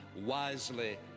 wisely